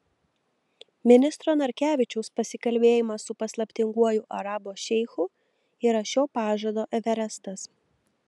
ministro narkevičiaus pasikalbėjimas su paslaptinguoju arabų šeichu yra šio pažado everestas